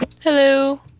Hello